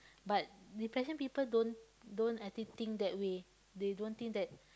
but depression people don't don't I think think that way they don't think that